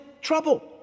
trouble